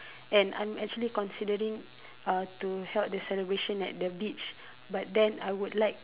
and I'm actually considering uh to held the celebration at the beach but then I would like